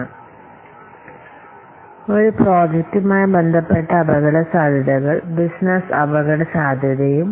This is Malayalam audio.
അതിനാൽ ഒന്ന് ബിസിനസ്സ് അപകടസാധ്യതകളാണ് മറ്റൊന്ന് പ്രോജക്റ്റ് അപകടസാധ്യതകളാണ്